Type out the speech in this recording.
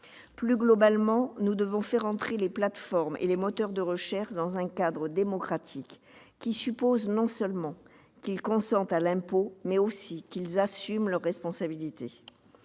Plus globalement, nous devons faire entrer les plateformes et les moteurs de recherche dans un cadre démocratique, qui suppose non seulement qu'ils consentent à l'impôt, mais aussi qu'ils assument leurs responsabilités.